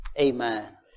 Amen